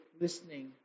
listening